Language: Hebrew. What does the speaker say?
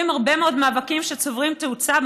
אנחנו רואים הרבה מאוד מאבקים שצוברים תאוצה,